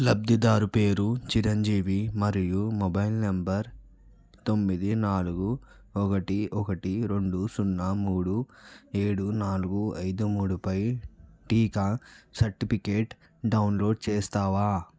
లబ్ధిదారు పేరు చిరంజీవి మరియు మొబైల్ నంబర్ తొమ్మిది నాలుగు ఒకటి ఒకటి రెండు సున్నా మూడు ఏడు నాలుగు అయిదు మూడుపై టీకా సర్టిఫికేట్ డౌన్లోడ్ చేస్తావా